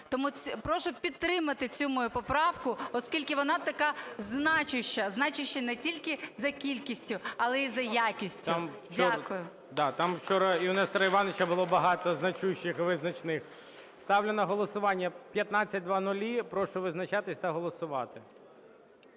Тому прошу підтримати цю мою поправку, оскільки вона така значуща, значуща не тільки за кількістю, але і за якістю. Дякую. ГОЛОВУЮЧИЙ. Там вчора і у Нестора Івановича було багато значущих і визначних. Ставлю на голосування 1500. Прошу визначатись та голосувати.